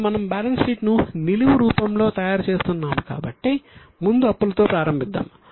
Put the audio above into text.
ఇప్పుడు మనం balance sheet ను నిలువు రూపంలో తయారు చేస్తున్నాము కాబట్టి ముందు అప్పులతో ప్రారంభిస్తాము